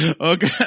Okay